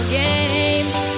games